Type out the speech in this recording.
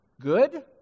Good